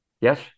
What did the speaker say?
Yes